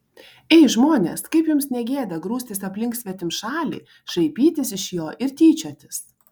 ei žmonės kaip jums ne gėda grūstis aplink svetimšalį šaipytis iš jo ir tyčiotis